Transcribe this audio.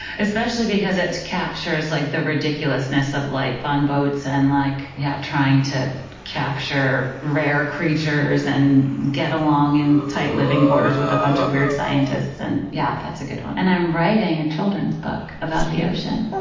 especially because it captures like the ridiculousness of life on boats and like yeah trying to capture rare creatures and get along in tight living quarters with a bunch of weird scientists. and yeah, that's a good one. and i'm writing a children's book about the ocean.